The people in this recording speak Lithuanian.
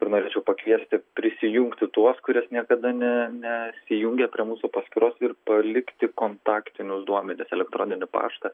ir norėčiau pakviesti prisijungti tuos kurie niekada ne nesijungia prie mūsų paskyros ir palikti kontaktinius duomenis elektroninį paštą